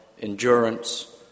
endurance